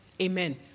Amen